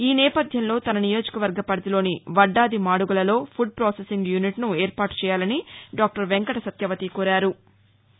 ఈ నేపథ్యంలో తన నియోజకవర్గ పరిధిలోని వడ్డాది మాడుగులలో పుడ్ ప్రొసెసింగ్ యూనిట్ ను ఏర్పాటు చేయాలని డాక్టర్ వెంకట సత్యవతి కోరారు